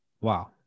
wow